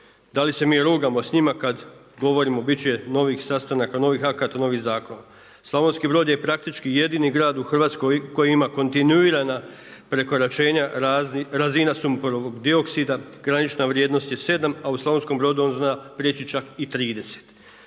Da li se mi rugamo s njim kada govorimo biti će novih sastanaka, novih akata, novih akata. Slavonski Brod je praktički jedini grad u Hrvatskoj koji ima kontinuirana prekoračenja razina sumporovog dioksida, granična vrijednost je 7 a u Slavonskom Brodu on zna priječi čak i 30.